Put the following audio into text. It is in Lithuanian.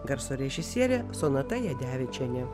garso režisierė sonata jadevičienė